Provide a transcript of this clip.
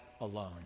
alone